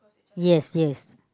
yes yes